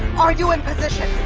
are you in position?